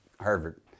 Harvard